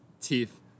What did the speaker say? teeth